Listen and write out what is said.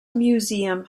museum